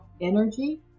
energy